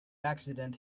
accident